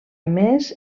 més